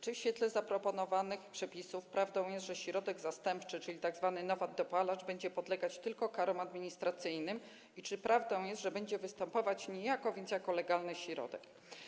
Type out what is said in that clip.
Czy w świetle zaproponowanych przepisów prawdą jest, że środek zastępczy, czyli tzw. nowy dopalacz, będzie podlegać tylko karom administracyjnym, i czy prawdą jest, że będzie więc występować niejako jako legalny środek?